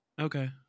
Okay